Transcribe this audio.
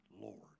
Lord